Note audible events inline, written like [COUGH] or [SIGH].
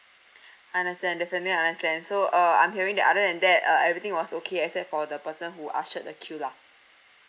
[BREATH] understand definitely understand so uh I'm hearing that other than that uh everything was okay except for the person who ushered the queue lah